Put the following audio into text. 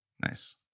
Nice